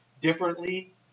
differently